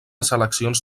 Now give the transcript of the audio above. seleccions